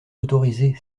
autorisée